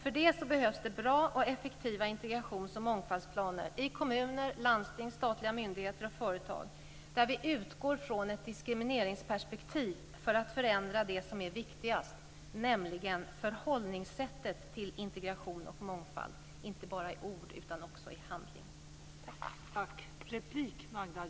För det behövs det bra och effektiva integrations och mångfaldsplaner i kommuner, landsting, statliga myndigheter och företag där vi utgår från ett diskrimineringsperspektiv för att förändra det som är viktigast, nämligen förhållningssättet till integration och mångfald - inte bara i ord utan också i handling.